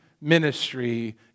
ministry